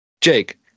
Jake